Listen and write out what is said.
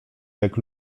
jak